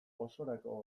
osorako